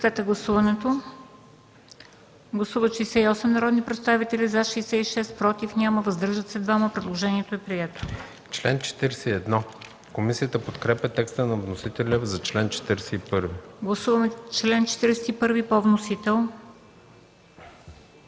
Гласуваме чл. 130 по вносител.